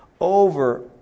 over